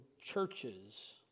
churches